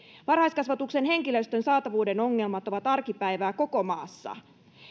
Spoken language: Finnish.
varhaiskasvatuksen henkilöstön saatavuuden ongelmat ovat arkipäivää koko maassa